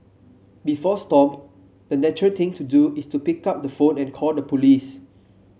before Stomp the natural thing to do is to pick up the phone and call the police